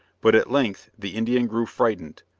but at length the indian grew frightened,